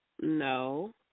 No